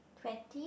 twenty